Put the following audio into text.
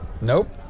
Nope